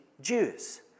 Jews